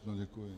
Děkuji.